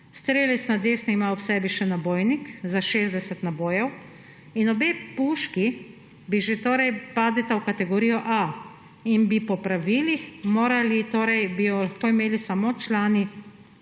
strelec na desni ima ob sebi še nabojnik za 60 nabojev in obe puški že padeta v kategorijo A in bi jo po pravilih lahko imeli samo člani